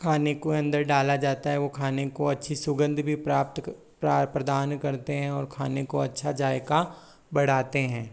खाने को अंदर डाला जाता है वो खाने को अच्छी सुगंध भी प्राप्त प्रदान करते हैं और खाने को अच्छा जायका बढ़ाते हैं